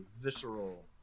visceral